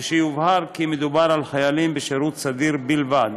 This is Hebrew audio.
ושיובהר כי מדובר על חיילים בשירות סדיר בלבד.